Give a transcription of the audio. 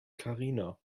karina